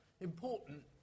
Important